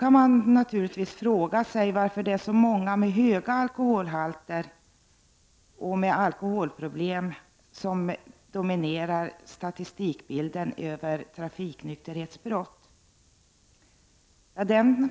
Man kan naturligtvis fråga sig varför bilister med höga alkoholhalter och alkoholproblem dominerar statistikbilden när det gäller trafiknykterhetsbrott.